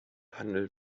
handel